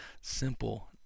Simple